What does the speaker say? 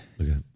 Okay